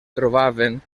trobaven